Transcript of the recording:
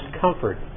comfort